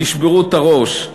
תשברו את הראש,